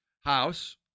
house